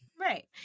Right